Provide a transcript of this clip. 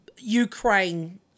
Ukraine